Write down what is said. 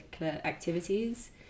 activities